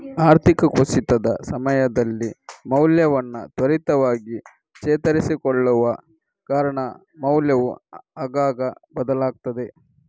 ಆರ್ಥಿಕ ಕುಸಿತದ ಸಮಯದಲ್ಲಿ ಮೌಲ್ಯವನ್ನ ತ್ವರಿತವಾಗಿ ಚೇತರಿಸಿಕೊಳ್ಳುವ ಕಾರಣ ಮೌಲ್ಯವು ಆಗಾಗ ಬದಲಾಗ್ತದೆ